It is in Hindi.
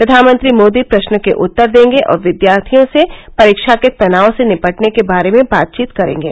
प्रधानमंत्री मोदी प्रश्नों के उत्तर देंगे और विद्यार्थियों से परीक्षा के तनाव से निपटने के बारे में बातचीत करेंगे